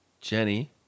Jenny